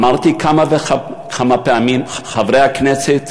אמרתי כמה וכמה פעמים: חברי הכנסת